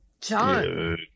John